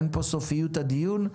אין פה סופיות הדיון.